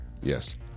Yes